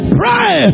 pray